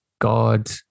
God